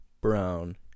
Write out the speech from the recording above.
brown